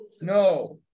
No